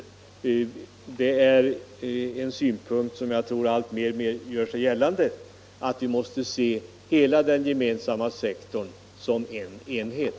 Jag tror att den synpunkten alltmer kommer att göra sig gällande, nämligen att vi måste se hela den offentliga sektorn som en enhet.